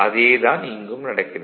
அதே தான் இங்கும் நடக்கிறது